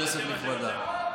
כנסת נכבדה,